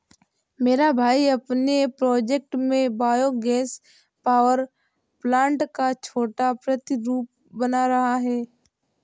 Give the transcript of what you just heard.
मेरा भाई अपने प्रोजेक्ट में बायो गैस पावर प्लांट का छोटा प्रतिरूप बना रहा है